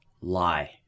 lie